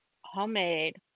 homemade